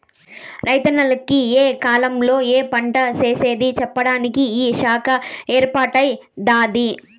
రైతన్నల కి ఏ కాలంలో ఏ పంటేసేది చెప్పేదానికి ఈ శాఖ ఏర్పాటై దాది